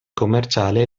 commerciale